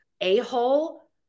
a-hole